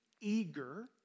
eager